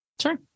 sure